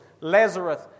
Lazarus